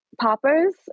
poppers